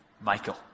Michael